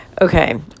Okay